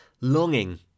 longing